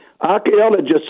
Archaeologists